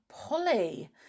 Polly